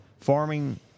farming